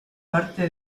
parte